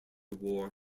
war